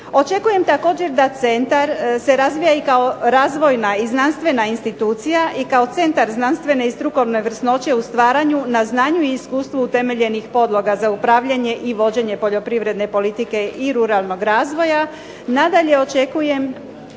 Očekujem također da centar se razvija kao znanstvena i razvojna institucija i kao Centar znanstvene i strukovne vrsnoće u stvaranju na znanju i iskustvu utemeljenih podloga za upravljanje i vođenje poljoprivredne politike i ruralnog razvoja, nadalje očekujem